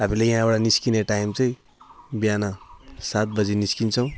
अब यहाँबाट निस्कने टाइम चाहिँ बिहान सात बजी निस्कन्छौँ